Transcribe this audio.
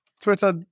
Twitter